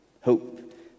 Hope